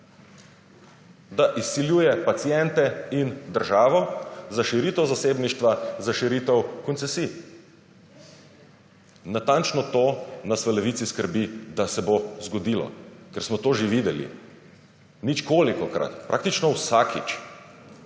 da izsiljuje paciente in državo za širitev zasebništva, za širitev koncesij. Natančno to nas v Levici skrbi, da se bo zgodilo. Ker smo to že videli. Ničkolikokrat. Praktično vsakič